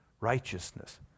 righteousness